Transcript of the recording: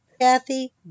Kathy